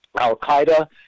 Al-Qaeda